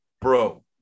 bro